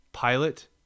Pilate